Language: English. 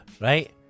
right